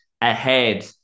ahead